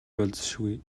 болзошгүй